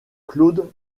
claude